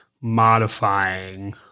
modifying